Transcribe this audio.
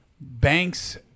banks